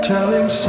Telling